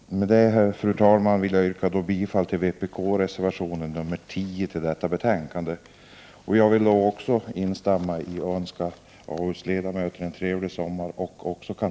Med detta, fru talman, vill jag yrka bifall till vpk-reservationen nr 10 till detta betänkande. Jag vill också önska AU:s ledamöter och kansliet en trevlig sommar!